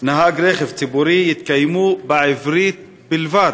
ו"נהג רכב ציבורי" יתקיימו בעברית בלבד.